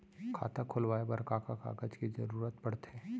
खाता खोलवाये बर का का कागज के जरूरत पड़थे?